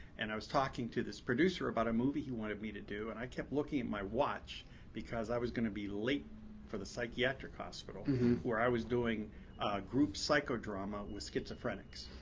and i was talking to this producer about a movie he wanted me to do. and i kept looking at my watch because i was going to be late for the psychiatric hospital where i was doing group psychodrama with schizophrenics.